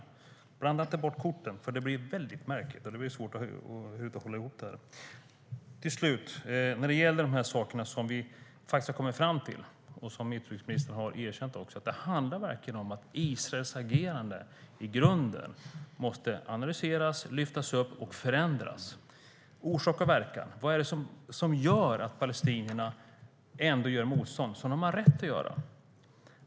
Blanda inte bort korten! Det blir väldigt märkligt, och det blir svårt att över huvud taget hålla ihop det här. Till slut: När det gäller de saker som vi har kommit fram till och som utrikesministern också har erkänt handlar det verkligen om att Israels agerande i grunden måste analyseras, lyftas upp och förändras. Det handlar om orsak och verkan. Vad är det som gör att palestinierna ändå gör motstånd, som de har rätt att göra?